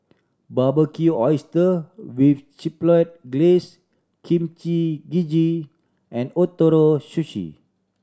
Barbecue Oyster with Chipotle Glaze Kimchi Jjigae and Ootoro Sushi